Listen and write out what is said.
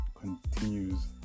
continues